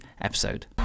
episode